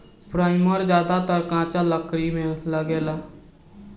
primer ज्यादातर कच्चा लकड़ी में लागेला